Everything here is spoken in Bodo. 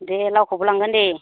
दे लावखौबो लांगोन दे